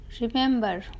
Remember